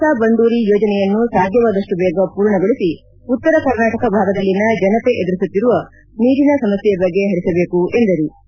ಕಳಸ ಬಂಡೂರಿ ಯೋಜನೆಯನ್ನು ಸಾಧ್ಯವಾದಪ್ಪು ಬೇಗ ಪೂರ್ಣಗೊಳಿಸಿ ಉತ್ತರ ಕರ್ನಾಟಕ ಭಾಗದಲ್ಲಿನ ಜನತೆ ಎದುರಿಸುತ್ತಿರುವ ನೀರಿನ ಸಮಸ್ಟೆ ಬಗೆ ಹರಿಸಬೇಕು ಎಂದರು